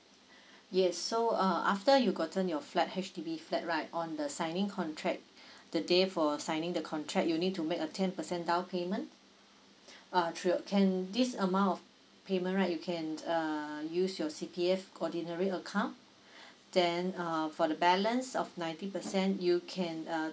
yes so uh after you gotten your flat H_D_B flat right on the signing contract the day for signing the contract you need to make a ten percent down payment uh through can this amount of payment right you can uh use your C_P_F ordinary account then uh for the balance of ninety percent you can uh